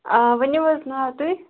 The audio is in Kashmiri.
آ ؤنِو حظ ناو تُہۍ